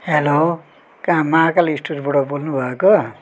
hello कहाँ महाकाल स्टोरबाट बोल्नु भएको